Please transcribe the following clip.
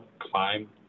climb